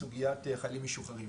בסוגיית חיילים משוחררים.